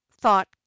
thought